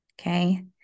Okay